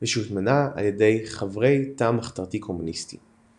ושהוטמנה על ידי חברי תא מחתרתי קומוניסטי.